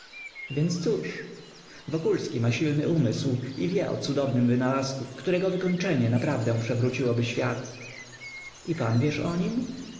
więc cóż wokulski ma silny umysł i wie o cudownym wynalazku którego wykończenie naprawdę przewróciłoby świat i pan wiesz o nim